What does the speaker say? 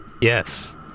Yes